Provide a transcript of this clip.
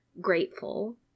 grateful